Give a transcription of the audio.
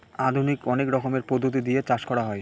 আধুনিক অনেক রকমের পদ্ধতি দিয়ে চাষ করা হয়